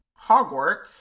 Hogwarts